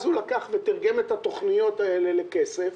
הוא תירגם את התוכניות האלה לכסף